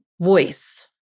voice